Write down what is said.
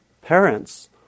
parents